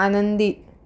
आनंदी